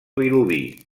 vilobí